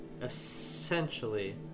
Essentially